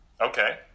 okay